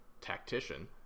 tactician